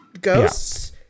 ghosts